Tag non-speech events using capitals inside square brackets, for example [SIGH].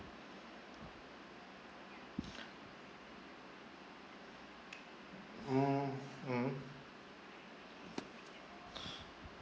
[BREATH] mmhmm